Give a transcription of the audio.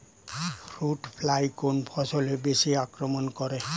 Fruit fly কোন ফসলে বেশি আক্রমন করে?